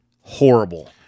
horrible